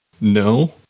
No